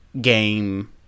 game